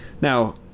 now